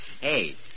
Hey